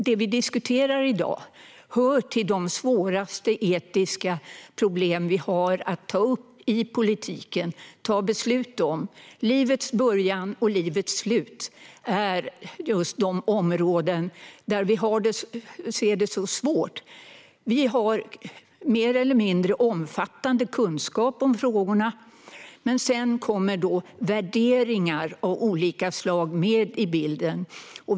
Det vi diskuterar i dag hör till de svåraste etiska problem vi inom politiken har att ta upp och fatta beslut om. Livets början och livets slut är områden som vi ser som mycket svåra. Vi har mer eller mindre omfattande kunskap om frågorna, men till det kommer värderingar av olika slag in i bilden.